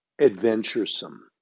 Adventuresome